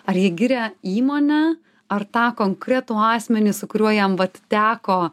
ar jie giria įmonę ar tą konkretų asmenį su kuriuo jam vat teko